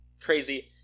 crazy